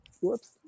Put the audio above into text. Whoops